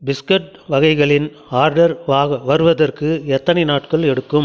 biscuit வகைகளின் order வருவதற்கு எத்தனை நாட்கள் எடுக்கும்